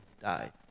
died